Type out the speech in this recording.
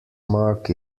mark